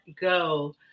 go